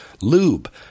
lube